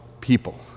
people